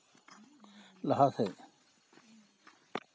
ᱞᱟᱦᱟᱥᱮᱡ